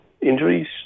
injuries